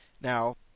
Now